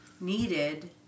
needed